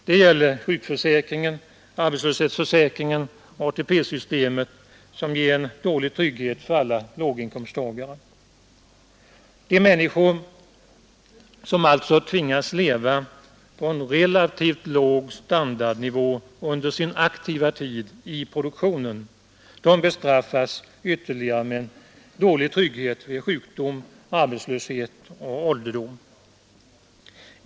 Det gäller sjukförsäkringen, arbetslöshetsförsäkringen trygghet för alla låginkomsttagare. De r ATP-systemet, som ger dålig inniskor som alltså tvingas leva på en relativt låg standardnivå under sin aktiva tid i produktionen bestraffas ytterligare med dålig trygghet vid sjukdom, arbetslöshet och ålderdom.